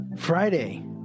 friday